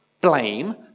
blame